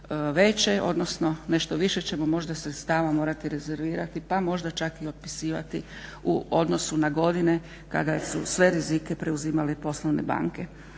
veće odnosno nešto više ćemo možda sredstava morati rezervirati pa možda čak i otpisivati u odnosu na godine kada su sve rizike preuzimale poslovne banke.